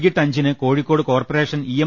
വൈകീട്ട് അഞ്ചിന് Kozhikode corporation E